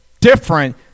different